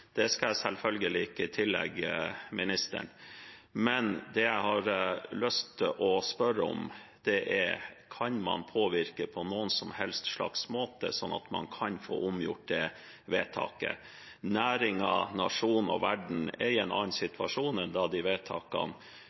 Det skal jeg selvfølgelig ikke tillegge ministeren, men det jeg har lyst til å spørre om, er: Kan man, på noen som helst slags måte, påvirke, slik at man kan få omgjort det vedtaket? Næringen, nasjonen og verden er i en annen situasjon enn da de vedtakene